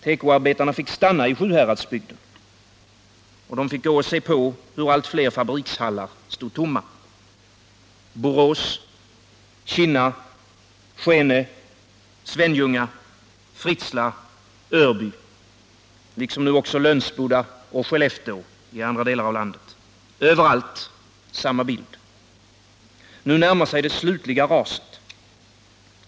Tekoarbetarna fick stanna i Sjuhäradsbygden, och de fick gå och se på hur allt fler fabrikshallar stod tomma. I Borås, Kinna, Skene, Svenljunga, Fritsla och Örby — liksom nu också i Lönsboda och Skellefteå i andra delar av landet — överallt samma bild. Nu närmar sig det slutliga raset.